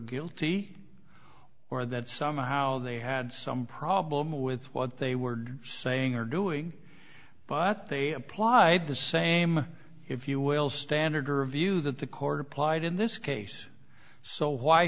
guilty or that somehow they had some problem with what they were saying or doing but they applied the same if you will standard or a view that the court applied in this case so why